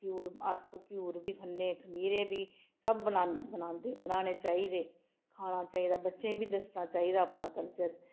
घ्यूर अस घ्यूर बी खाने खमीरे बी सब बनांदे बनाने बनाने चाहिदे खाना चाहिदा बच्चें गी दस्सना चाहिदा अपना कल्चर